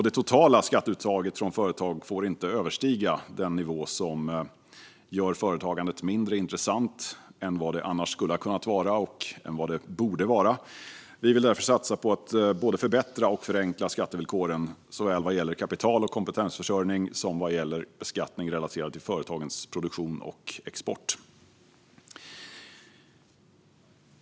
Det totala skatteuttaget från företag får heller inte överstiga den nivå som gör företagandet mindre intressant än vad det annars skulle ha kunnat vara och vad det borde vara. Vi vill därför satsa på att både förbättra och förenkla skattevillkoren såväl vad gäller kapital och kompetensförsörjning som vad gäller beskattning relaterad till företagens produktion och export.